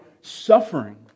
suffering